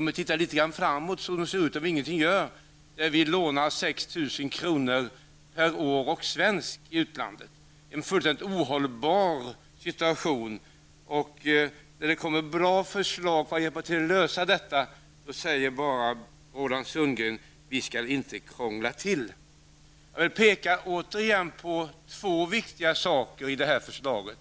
Om vi tittar litet framåt -- som det ser ut om vi ingenting gör -- kommer vi att låna 6 000 kr. per år och svensk i utlandet. Det är en fullständigt ohållbar situation. När det då kommer bra förslag för att hjälpa till att lösa detta säger bara Roland Sundgren: ''Vi skall inte krångla till det.'' Jag vill återigen peka på två viktiga saker i det här förslaget.